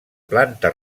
planta